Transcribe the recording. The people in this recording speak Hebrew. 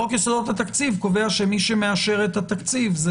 חוק יסודות התקציב קובע שמי שמאשר את התקציב של